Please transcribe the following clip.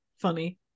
funny